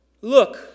Look